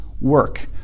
work